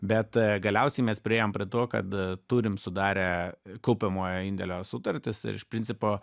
bet galiausiai mes priėjom prie to kad turim sudarę kaupiamojo indėlio sutartis ir iš principo